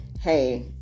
hey